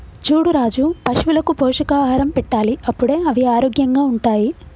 చూడు రాజు పశువులకు పోషకాహారం పెట్టాలి అప్పుడే అవి ఆరోగ్యంగా ఉంటాయి